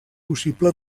possible